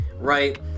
right